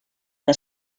que